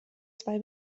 zwei